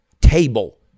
table